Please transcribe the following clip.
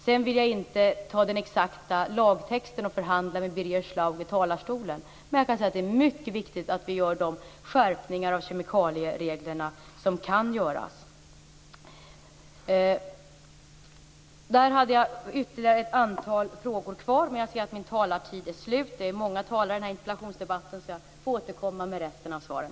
Sedan vill jag inte förhandla med Men jag kan säga att det är mycket viktigt att vi gör de skärpningar av kemikaliereglerna som kan göras. Jag har ytterligare ett antal frågor kvar att svara på, men jag ser att min talartid är slut. Det är många talare i den här interpellationsdebatten. Jag får återkomma med resten av svaren.